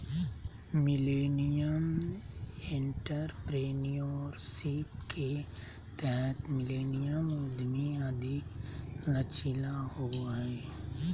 millennial entrepreneurship के तहत millennial उधमी अधिक लचीला होबो हय